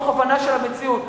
מתוך הבנה של המציאות,